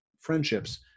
friendships